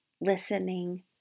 listening